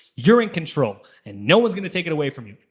you're in control and no one's gonna take it away from you.